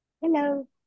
Hello